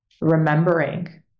remembering